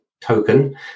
token